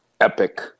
epic